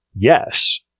yes